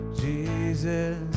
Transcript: Jesus